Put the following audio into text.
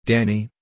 Danny